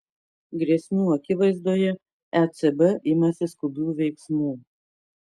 grėsmių akivaizdoje ecb imasi skubių veiksmų